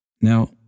Now